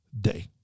day